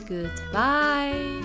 Goodbye